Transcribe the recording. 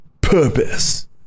purpose